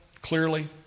clearly